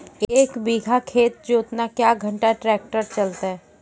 एक बीघा खेत जोतना क्या घंटा ट्रैक्टर चलते?